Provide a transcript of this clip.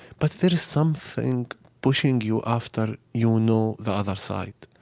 but there is something pushing you after you know the other side.